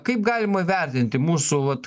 kaip galima vertinti mūsų vat